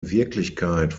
wirklichkeit